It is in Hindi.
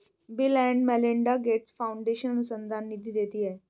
bill and Melinda Gates Foundation अनुसंधान निधि देती है